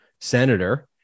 senator